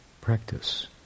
practice